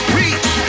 reach